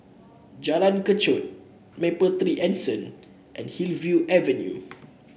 Jalan Kechot Mapletree Anson and Hillview Avenue